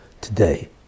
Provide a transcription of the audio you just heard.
today